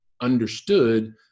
understood